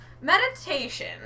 Meditation